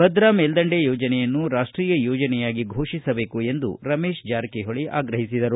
ಭದ್ರಾ ಮೇಲ್ವಂಡೆ ಯೋಜನೆಯನ್ನು ರಾಷ್ಷೀಯ ಯೋಜನೆ ಯಾಗಿ ಫೋಷಿಸಬೇಕು ಎಂದು ರಮೇಶ ಜಾರಕಿಹೊಳಿ ಆಗ್ರಹಿಸಿದರು